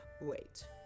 Wait